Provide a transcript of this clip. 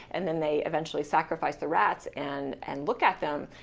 and then they eventually sacrifice the rats and and look at them.